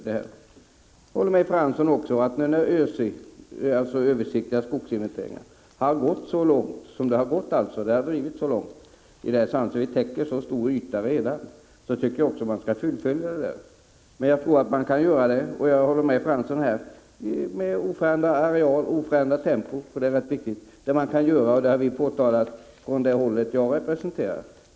Jag håller med Jan Fransson om att de översiktliga skogsinventeringarna har gått så långt och täcker så stor yta att de bör fullföljas. Jag håller med Jan Fransson om att det kan göras i oförändrat tempo. Det har vi från vårt håll tidigare påtalat.